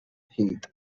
heath